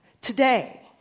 Today